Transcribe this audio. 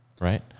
right